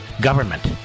government